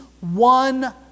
one